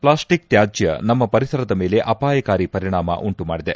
plastic ತ್ಯಾಜ್ಯ ನಮ್ಮ ಪರಿಸರದ ಮೇಲೆ ಅಪಾಯಕಾರಿ ಪರಿಣಾಮ ಉಂಟು ಮಾಡಿದೆ